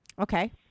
Okay